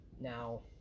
Now